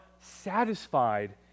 satisfied